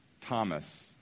Thomas